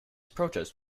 protest